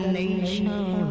nation